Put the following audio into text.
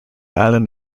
island